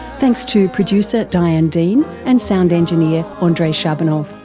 thanks to producer diane dean and sound engineer ah andrei shabunov.